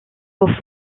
pour